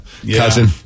Cousin